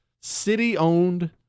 city-owned